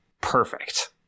Perfect